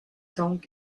donc